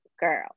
girl